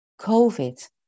COVID